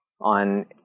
on